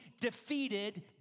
defeated